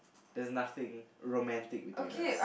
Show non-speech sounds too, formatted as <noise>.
there's nothing <breath> romantic between us